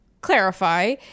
clarify